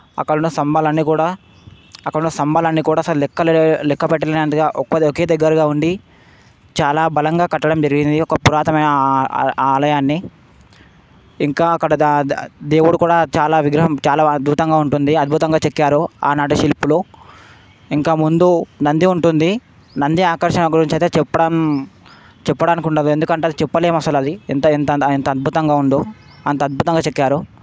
అక్కడ ఉన్న స్తంభాలాన్నీ కూడా అక్కడ ఉన్న స్తంభాలన్నీ కూడా అసలు లెక్కలే లెక్కపెట్టలేనంతగా ఒకే దగ్గరగా ఉండి చాలా బలంగా కట్టడం జరిగింది ఒక పురాతనమైన ఆ ఆలయాన్ని ఇంకా అక్కడ దేవుడు కూడా చాలా విగ్రహం చాలా అద్భుతంగా ఉంటుంది అద్భుతంగా చెక్కారు ఆనాటి శిల్పులు ఇంకా ముందు నంది ఉంటుంది నంది ఆకర్షణ గురించి అయితే చెప్పడం చెప్పడానికి ఉండదు ఎందుకంటే చెప్పలేం అసలు అది ఎంత ఎంత ఎంత అద్భుతంగా ఉందో అంత అద్భుతంగా చెక్కారు